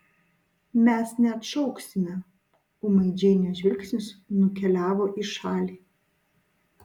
mes neatšauksime ūmai džeinės žvilgsnis nukeliavo į šalį